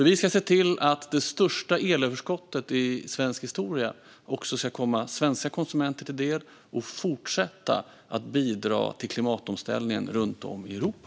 Vi ska se till att det största elöverskottet i svensk historia också ska komma svenska konsumenter till del och fortsätta att bidra till klimatomställningen runt om i Europa.